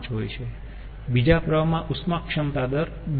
5 હોય છે બીજા પ્રવાહ માં ઉષ્મા ક્ષમતા દર 2 હોય છે જે આપણે જાણીયે છીએ